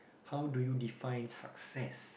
how do you define success